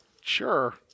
Sure